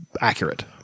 accurate